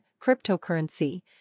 cryptocurrency